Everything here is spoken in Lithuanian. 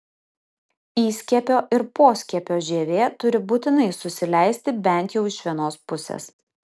įskiepio ir poskiepio žievė turi būtinai susileisti bent jau iš vienos pusės